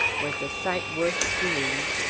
was a sight worth seeing.